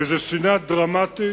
וזה שינה דרמטית